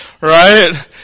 right